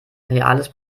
reales